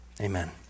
Amen